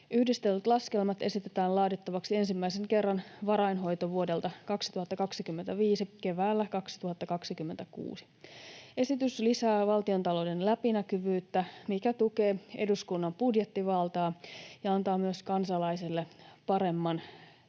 Yhdistellyt laskelmat esitetään laadittavaksi ensimmäisen kerran varainhoitovuodelta 2025 keväällä 2026. Esitys lisää valtiontalouden läpinäkyvyyttä, mikä tukee eduskunnan budjettivaltaa ja antaa myös kansalaisille paremman